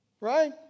Right